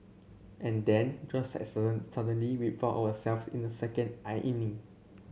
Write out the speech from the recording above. and then just as sudden suddenly we found our self in the second inning